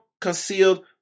concealed